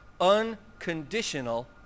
unconditional